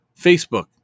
Facebook